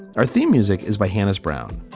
our theme music is by hannas brown.